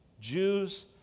Jews